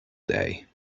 day